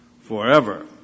forever